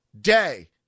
day